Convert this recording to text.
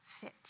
fit